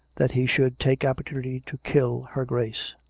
that he should take opportunity to kill her grace.